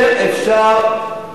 שיבשו את כל,